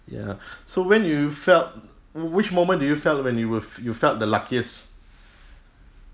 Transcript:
ya so when do you felt which moment did you felt when you were you felt the luckiest